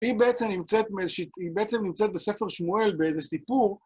היא בעצם נמצאת בספר שמואל באיזה סיפור